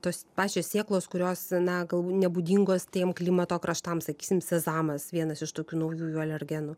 tos pačios sėklos kurios na galbūt nebūdingos tiem klimato kraštams sakysime sezamas vienas iš tokių naujųjų alergenų